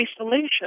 isolation